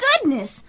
goodness